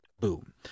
Boom